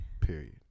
Period